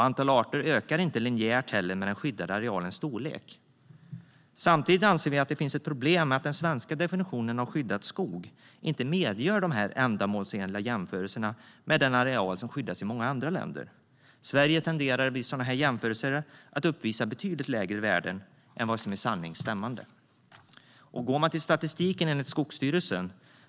Antalet arter ökar inte heller linjärt med den skyddade arealens storlek. Samtidigt anser vi att det finns ett problem med att den svenska definitionen av skyddad skog inte medger ändamålsenliga jämförelser med den areal som skyddas i många andra länder. Sverige tenderar vid sådana jämförelser att uppvisa betydligt lägre värden än vad som stämmer med sanningen. Man kan gå till statistiken enligt Skogsstyrelsen.